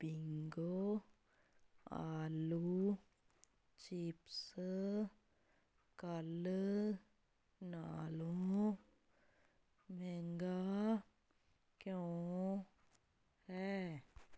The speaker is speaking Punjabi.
ਬਿੰਗੋ ਆਲੂ ਚਿਪਸ ਕੱਲ੍ਹ ਨਾਲੋਂ ਮਹਿੰਗਾ ਕਿਉਂ ਹੈ